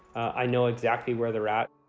i know exactly where they're at.